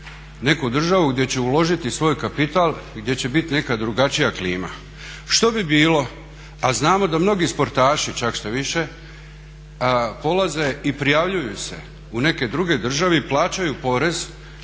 neku državu gdje će uložit svoj kapital i gdje će bit neka drugačija klima. Što bi bilo, a znamo da mnogi sportaši čak štoviše, polaze i prijavljuju se u neke druge države i plaćaju porez